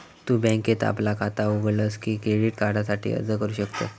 तु बँकेत आपला खाता उघडलस की क्रेडिट कार्डासाठी अर्ज करू शकतस